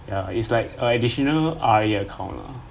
ya it's like uh additional R_A account lah